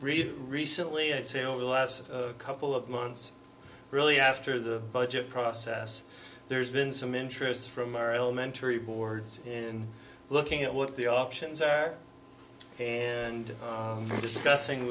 read recently i'd say over the last couple of months really after the budget process there's been some interest from our elementary boards in looking at what the options are and discussing